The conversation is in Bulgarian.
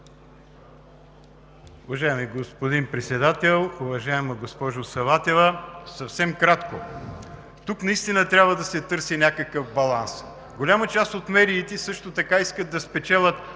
Уважаеми господин Председател, уважаема госпожо Саватева! Съвсем кратко: тук наистина трябва да се търси някакъв баланс. Голяма част от медиите също така искат да спечелят